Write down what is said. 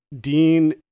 Dean